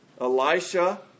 Elisha